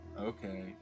Okay